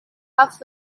huff